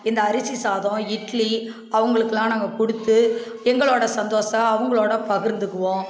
இந்த அரிசி சாதம் இட்லி அவங்களுக்குலாம் நாங்கள் கொடுத்து எங்களோடய சந்தோஷம் அவங்களோடு பகிர்ந்துக்குவோம்